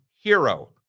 hero